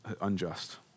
unjust